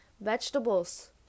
Vegetables